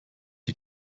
die